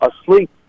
asleep